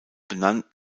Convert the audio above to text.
benannt